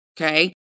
okay